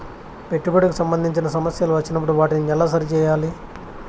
పెట్టుబడికి సంబంధించిన సమస్యలు వచ్చినప్పుడు వాటిని ఎలా సరి చేయాలి?